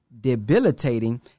debilitating